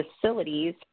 facilities